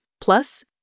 Plus